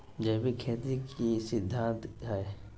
जैविक खेती के की सिद्धांत हैय?